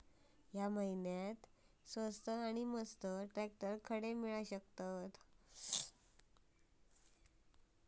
या महिन्याक स्वस्त नी मस्त ट्रॅक्टर खडे मिळतीत?